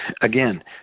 Again